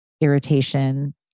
irritation